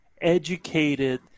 educated